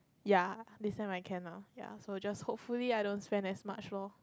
ya this sem I can ah ya so just hopefully I don't spend as much lor